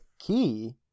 Key